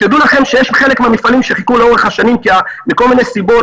ותדעו שיש חלק מהמפעלים שחיכו לאורך השנים מכל מיני סיבות